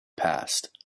passed